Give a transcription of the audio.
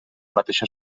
mateixa